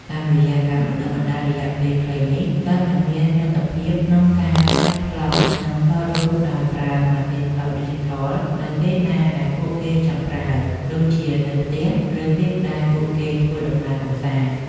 តាមការបណ្តុះបណ្តាលរយៈពេលខ្លីនេះ សិស្សនឹងមានលទ្ធភាពក្នុងការចាប់ប្លង់ និងថតរូបដោយប្រើ ម៉ាស៊ីនថតឌីជីថល នៅពេលណាដែលពួកគេចង់ប្រើ ដូចជានៅផ្ទះ ឬពេលដែលពួកគេធ្វើដំណើរកម្សាន្ត។